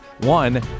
One